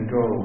go